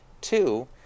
Two